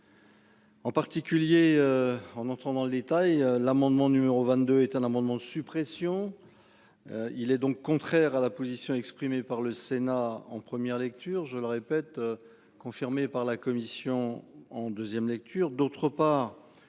En particulier en entrant dans le détail l'amendement numéro 22 est un amendement de suppression. Il est donc contraire à la position exprimée par le Sénat en première lecture, je le répète. Confirmée par la Commission en deuxième lecture